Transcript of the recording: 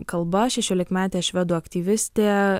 kalba šešiolikmetė švedų aktyvistė